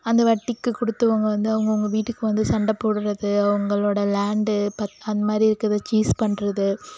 அந்த வட்டிக்கு கொடுத்தவுங்க வந்து அவங்கவுங்க வீட்டுக்கு வந்து சண்டை போடுறது அவ்ங்களோடய லேண்ட் அந்த மாதிரி இருக்கறது சீஸ் பண்ணுறது